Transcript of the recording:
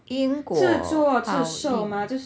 因果报应